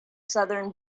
southern